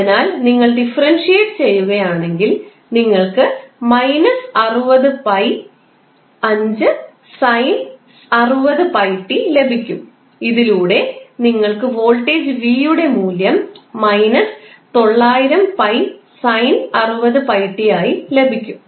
അതിനാൽ നിങ്ങൾ ഡിഫറൻഷിയേററ് ചെയ്യുകയാണെങ്കിൽ നിങ്ങൾക്ക് −60𝜋5 sin 60𝜋𝑡 ലഭിക്കും ഇതിലൂടെ നിങ്ങൾക്ക് വോൾട്ടേജ് v യുടെ മൂല്യം −900𝜋 sin 60𝜋𝑡 ആയി ലഭിക്കും